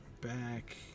Back